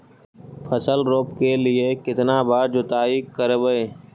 फसल रोप के लिय कितना बार जोतई करबय?